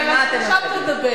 תני